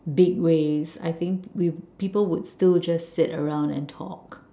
big ways I think we people would still just sit around and talk